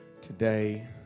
today